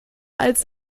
als